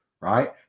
right